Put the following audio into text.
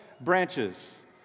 branches